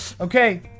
Okay